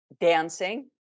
dancing